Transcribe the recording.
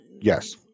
Yes